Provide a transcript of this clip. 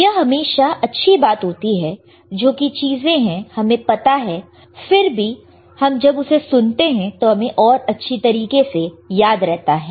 तो यह हमेशा अच्छी बात होती है कि जो चीजें है हमें पता है हम फिर से जब सुनते हैं तो हमें और अच्छी तरीके से याद रहता है